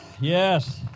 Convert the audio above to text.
Yes